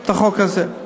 את החוק הזה.